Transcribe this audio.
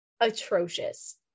atrocious